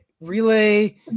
relay